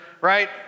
right